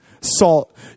salt